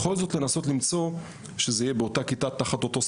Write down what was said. בכל זאת לנסות למצוא שזה יהיה באותו מוסד